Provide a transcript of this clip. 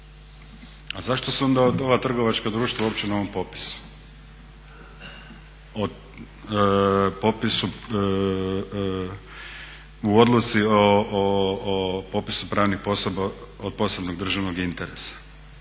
A zašto su onda ova trgovačka društva uopće na ovom popisu, u odluci o popisu pravnih osoba od posebnog državnog interesa?